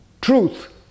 Truth